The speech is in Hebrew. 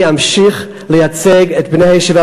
אני אמשיך לייצג את בני-הישיבה,